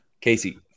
Casey